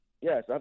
Yes